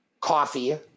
coffee